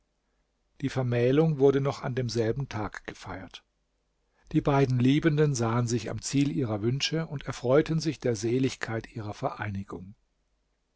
die vermählung wurde noch an demselben tag gefeiert die beiden liebenden sahen sich am ziel ihrer wünsche und erfreuten sich der seligkeit ihrer vereinigung